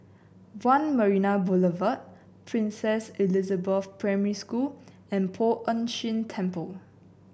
One Marina Boulevard Princess Elizabeth Primary School and Poh Ern Shih Temple